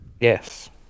yes